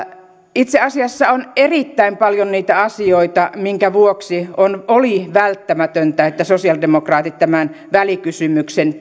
itse asiassa on erittäin paljon niitä asioita minkä vuoksi oli välttämätöntä että sosialidemokraatit tämän välikysymyksen